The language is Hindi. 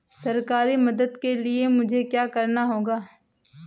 सरकारी मदद के लिए मुझे क्या करना होगा?